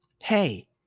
Hey